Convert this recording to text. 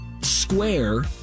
square